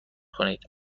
کنید